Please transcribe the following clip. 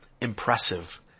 impressive